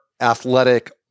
athletic